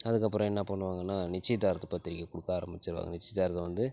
அதுக்கப்புறம் என்ன பண்ணுவாங்கன்னா நிச்சியதார்த்த பத்திரிக்கையை கொடுக்க ஆரம்பிச்சிருவாங்க நிச்சியதார்த்தம் வந்து